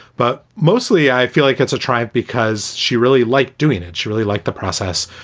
but mostly i feel like that's a try. because she really liked doing it. she really liked the process.